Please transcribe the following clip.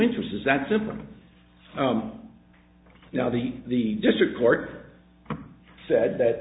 interest is that similar now the the district court said that